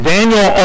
Daniel